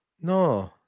No